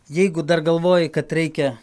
jeigu dar galvoji kad reikia